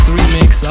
remix